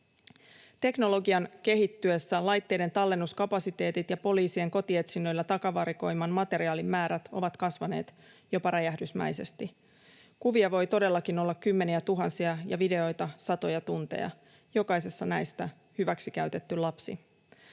Teknologian kehittyessä laitteiden tallennuskapasiteetit ja poliisien kotietsinnöillä takavarikoiman materiaalin määrät ovat kasvaneet jopa räjähdysmäisesti. Kuvia voi todellakin olla kymmeniätuhansia ja videoita satoja tunteja — jokaisessa näistä hyväksikäytetty lapsi.